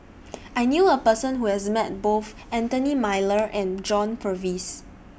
I knew A Person Who has Met Both Anthony Miller and John Purvis